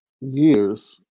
years